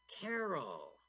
Carol